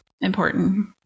important